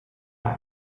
had